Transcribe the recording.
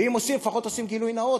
ואם עושים, לפחות עושים גילוי נאות.